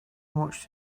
much